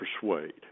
persuade